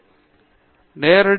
பேராசிரியர் பிரதாப் ஹரிதாஸ் நேரடி